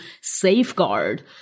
safeguard